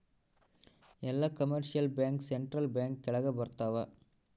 ಎಲ್ಲ commercial bank central bank ಕೆಳಗ ಬರತಾವ